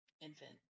infant